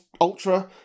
Ultra